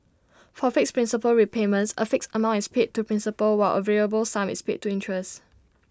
for fixed principal repayments A fixed amount is paid to principal while A variable sum is paid to interest